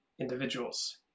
individuals